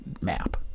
map